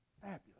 Fabulous